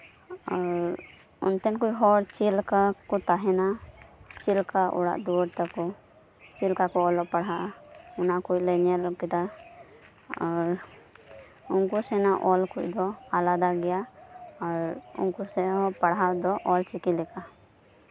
ᱟᱨ ᱚᱱᱛᱮᱱ ᱠᱚ ᱦᱚᱲ ᱪᱮᱫ ᱞᱮᱠᱟ ᱠᱚ ᱛᱟᱸᱦᱮᱱᱟ ᱪᱮᱫ ᱞᱮᱠᱟ ᱚᱲᱟᱜ ᱫᱩᱣᱟᱹᱨ ᱛᱟᱠᱚ ᱪᱮᱫ ᱞᱮᱠᱟ ᱠᱚ ᱯᱟᱲᱦᱟᱜᱼᱟ ᱚᱱᱟ ᱠᱚᱞᱮ ᱧᱮᱞ ᱠᱮᱫᱟ ᱟᱨ ᱩᱱᱠᱩ ᱥᱮᱱᱟᱜ ᱚᱞ ᱠᱚᱫᱚ ᱟᱞᱟᱫᱟ ᱜᱮᱭᱟ ᱟᱨ ᱩᱱᱠᱩ ᱮᱫ ᱦᱚᱸ ᱯᱟᱲᱦᱟᱜ ᱫᱚ ᱚᱞᱪᱤᱠᱤ ᱞᱮᱠᱟ